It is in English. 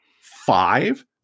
Five